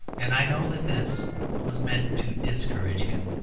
and i know that this was meant to discourage him.